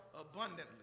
abundantly